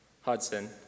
Hudson